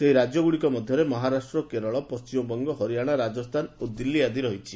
ସେହି ରାଜ୍ୟଗୁଡ଼ିକ ମଧ୍ୟରେ ମହାରାଷ୍ଟ୍ର କେରଳ ପଶ୍ଚିମବଙ୍ଗ ହରିୟାଣା ରାଜସ୍ଥାନ ଓ ଦିଲ୍ଲୀ ଆଦି ରହିଛି